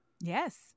Yes